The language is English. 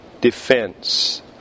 defense